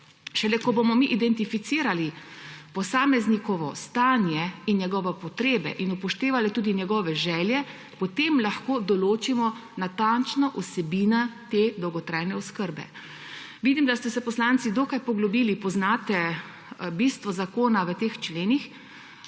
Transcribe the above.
Šele ko bomo mi identificirali posameznikovo stanje in njegove potrebe in upoštevali tudi njegove želje, potem lahko določimo natančno vsebino te dolgotrajne oskrbe. Vidim, da ste se poslanci dokaj poglobili, poznate bistvo zakona v teh členih